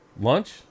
lunch